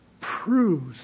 proves